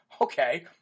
Okay